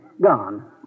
gone